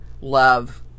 love